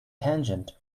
tangent